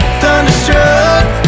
thunderstruck